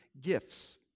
gifts